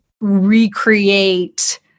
recreate